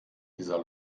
dieser